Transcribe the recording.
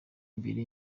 imbere